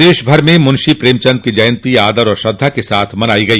प्रदेशभर में भी मुंशी प्रेमचन्द की जयन्ती आदर और श्रद्वा के साथ मनाई गई